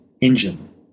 engine